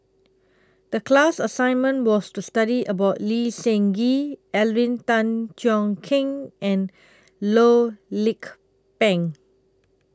The class assignment was to study about Lee Seng Gee Alvin Tan Cheong Kheng and Loh Lik Peng